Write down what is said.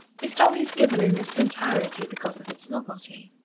his story is given in its entirety because of its novelty.